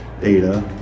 data